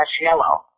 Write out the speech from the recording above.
yellow